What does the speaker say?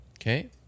Okay